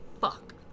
fuck